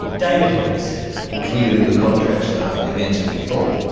david hicks included in the contracts are events of default.